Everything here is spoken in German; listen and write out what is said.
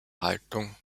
haltung